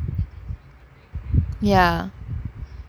ya